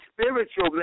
spiritual